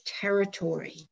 territory